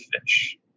fish